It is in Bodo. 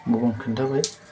होनबाबो आं खिन्थाबाय